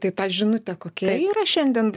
tai ta žinutė kokia yra šiandien